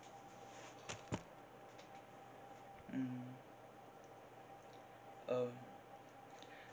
mm um